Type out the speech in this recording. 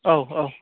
औ औ